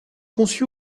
conçu